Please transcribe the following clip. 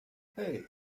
hey